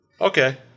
Okay